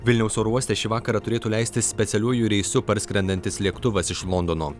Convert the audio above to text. vilniaus oro uoste šį vakarą turėtų leistis specialiuoju reisu parskrendantis lėktuvas iš londono